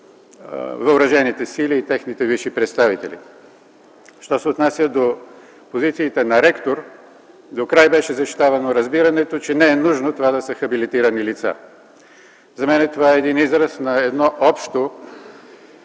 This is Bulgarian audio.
въоръжените сили и техните висши представители. Що се отнася до позициите на ректор, докрай беше защитавано разбирането, че не е нужно това да са хабилитирани лица. За мен това е израз на общо